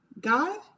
God